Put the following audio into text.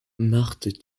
marthe